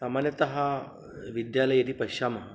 सामान्यतः विद्यालये यदि पश्यामः